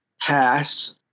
pass